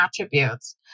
attributes